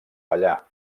ballar